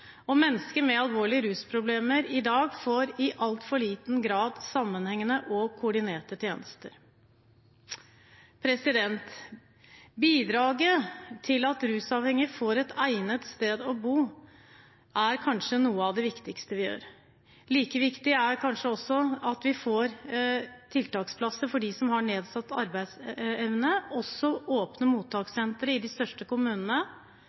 i dag i altfor liten grad sammenhengende og koordinerte tjenester. Å bidra til at rusavhengige får et egnet sted å bo, er kanskje noe av det viktigste vi gjør. Like viktig er det kanskje at vi får tiltaksplasser for dem med nedsatt arbeidsevne, åpne mottakssentre i de største